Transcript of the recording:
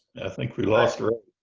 i think we lost ray